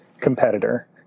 competitor